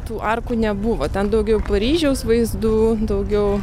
tų arkų nebuvo ten daugiau paryžiaus vaizdų daugiau